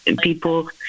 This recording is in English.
people